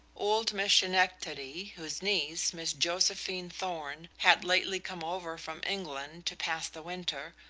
old miss schenectady, whose niece, miss josephine thorn, had lately come over from england to pass the winter,